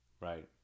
Right